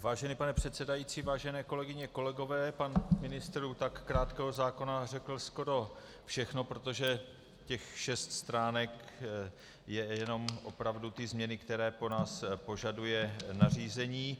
Vážený pane předsedající, vážené kolegyně, kolegové, pan ministr u tak krátkého zákona řekl skoro všechno, protože těch šest stránek jsou opravdu jen změny, které po nás požaduje nařízení.